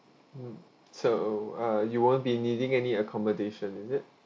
mm so uh you won't be needing any accommodation is it